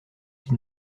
qui